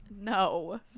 No